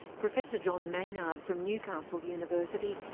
professor john maynard from newcastle university,